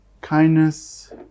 kindness